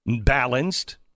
balanced